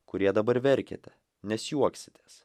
kurie dabar verkiate nes juoksitės